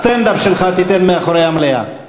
את הסטנד-אפ שלך תיתן מאחורי המליאה.